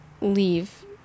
leave